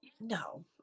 no